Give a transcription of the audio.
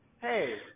Hey